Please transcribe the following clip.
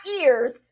ears